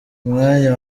mwanya